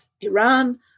Iran